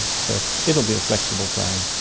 so it will be a flexible plan.